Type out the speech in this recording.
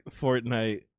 fortnite